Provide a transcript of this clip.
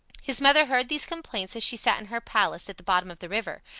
his mother heard these complaints as she sat in her palace at the bottom of the river,